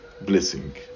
blessing